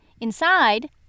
Inside